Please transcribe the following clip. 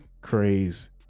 craze